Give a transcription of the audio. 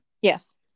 Yes